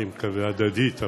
אני מקווה ההדדית,